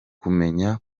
kumenya